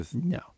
No